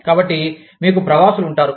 కాబట్టి మీకు ప్రవాసులు ఉంటారు